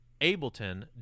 Ableton